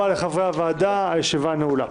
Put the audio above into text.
נגד, נמנעים,